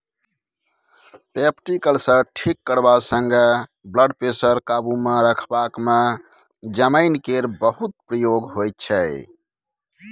peptic ulcer ठीक करबा संगे ब्लडप्रेशर काबुमे रखबाक मे जमैन केर बहुत प्रयोग होइ छै